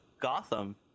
Gotham